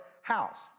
house